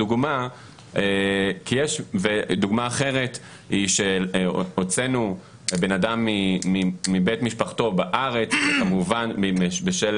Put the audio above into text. דוגמה אחרת היא שהוצאנו אדם מבית משפחתו בארץ כמובן בשל